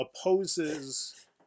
opposes